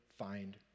Find